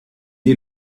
est